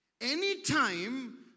Anytime